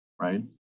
right